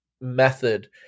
method